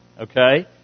okay